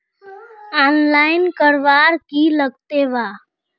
Online करवार की लगते वा?